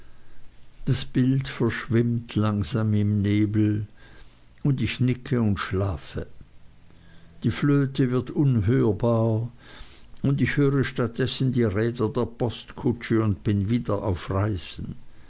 das bild verschwimmt langsam in nebel und ich nicke und schlafe die flöte wird unhörbar und ich höre statt dessen die räder der postkutsche und bin wieder auf reisen